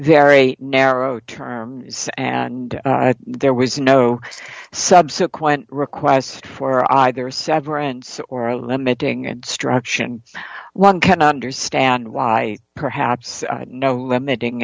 very narrow term and there was no subsequent requests for either severance or limiting obstruction one cannot understand why perhaps no limiting